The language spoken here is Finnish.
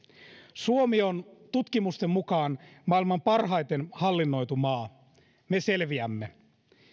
suomi on tutkimusten mukaan maailman parhaiten hallinnoitu maa me selviämme